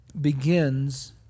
begins